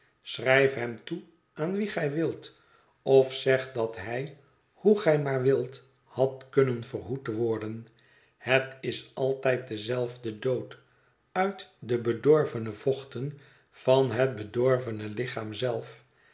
schrijf hem toe aan wien gij wilt of zeg dat hij hoe gij maar wilt had kunnen verhoed worden het is altijd dezelfde dood uit de bedorvene vochten van het bedorvene lichaam zelf